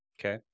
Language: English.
Okay